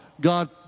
God